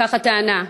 כך הטענה,